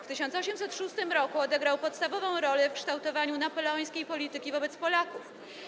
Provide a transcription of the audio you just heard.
W 1806 r. odegrał podstawową rolę w kształtowaniu napoleońskiej polityki wobec Polaków.